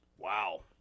Wow